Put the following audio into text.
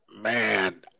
Man